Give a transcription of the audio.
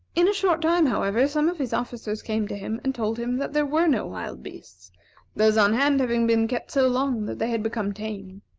in a short time, however, some of his officers came to him and told him that there were no wild beasts those on hand having been kept so long that they had become tame.